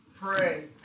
pray